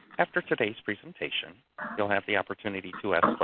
after today's presentation you'll have the opportunity to ask